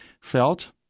felt